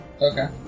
Okay